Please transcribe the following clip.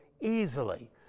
easily